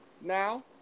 now